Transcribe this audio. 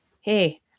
Hey